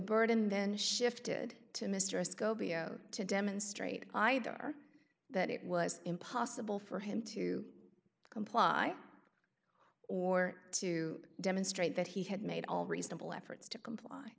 burden then shifted to mr escobedo to demonstrate either that it was impossible for him to comply or to demonstrate that he had made all reasonable efforts to comply